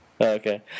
Okay